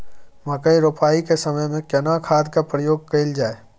मकई रोपाई के समय में केना खाद के प्रयोग कैल जाय?